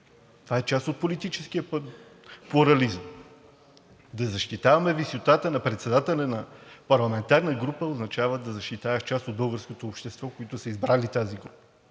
това е част от политическия плурализъм. Да защитаваме висотата на председателя на парламентарна група означава да защитаваме част от българското общество, които са избрали тази група.